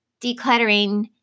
decluttering